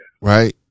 Right